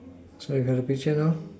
so you got the picture now